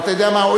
אבל אתה יודע מה?